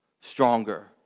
stronger